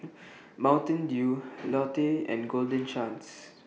Mountain Dew Lotte and Golden Chance